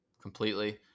completely